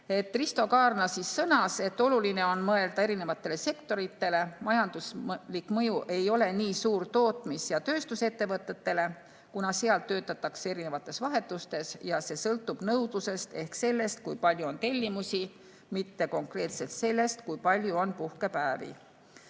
Risto Kaarna sõnas, et oluline on mõelda erinevatele sektoritele. Majanduslik mõju ei ole nii suur tootmis- ja tööstusettevõtetele, kuna seal töötatakse erinevates vahetustes ja kõik sõltub nõudlusest ehk sellest, kui palju on tellimusi, mitte konkreetselt sellest, kui palju on puhkepäevi.